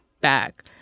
back